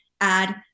add